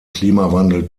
klimawandel